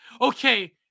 okay